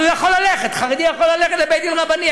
הרי הוא יכול ללכת, חרדי יכול ללכת לבית-דין רבני.